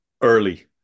early